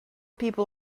people